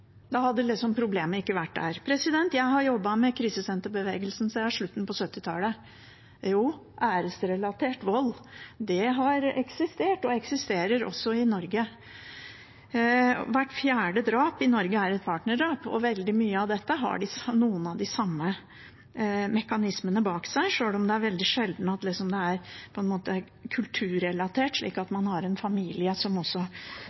Jeg har jobbet med krisesenterbevegelsen siden slutten på 1970-tallet, og æresrelatert vold har eksistert og eksisterer også i Norge. Hvert fjerde drap i Norge er et partnerdrap, og veldig mye av dette har noen av de samme mekanismene bak seg, sjøl om det er veldig sjelden at det er kulturrelatert, ved at man har en familie som også støtter opp om dette. Jeg tror det er uhyre viktig at